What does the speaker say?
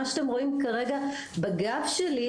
מה שאתם רואים כרגע בגב שלי,